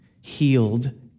healed